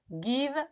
give